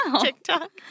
TikTok